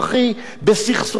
אם יש סכסוך קרקעות,